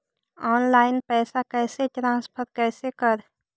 Online पैसा कैसे transfer कैसे कर?